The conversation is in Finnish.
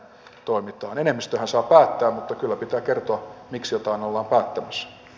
enemmistöhän saa päättää mutta kyllä pitää kertoa miksi jotain ollaan päättämässä